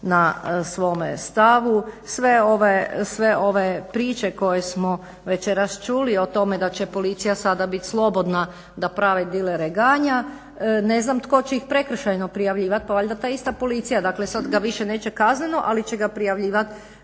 na svome stavu. Sve ove priče koje smo večeras čuli o tome da će policija sada biti slobodna da prave dilere ganja, ne znam tko će ih prekršajno prijavljivati pa valjda ta ista policija, sada ga više neće kazneno ali će ga prijavljivati